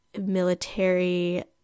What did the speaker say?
military